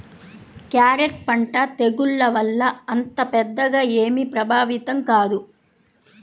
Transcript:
carrot పంట తెగుళ్ల వల్ల అంత పెద్దగా ఏమీ ప్రభావితం కాదు